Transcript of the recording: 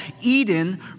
Eden